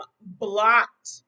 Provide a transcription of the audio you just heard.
blocked